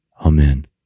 Amen